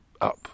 up